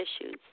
issues